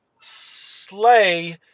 slay